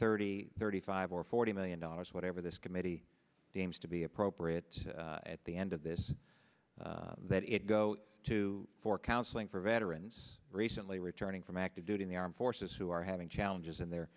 thirty thirty five or forty million dollars whatever this committee deems to be appropriate at the end of this that it go to for counseling for veterans recently returning from active duty in the armed forces who are having challenges in their